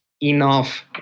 enough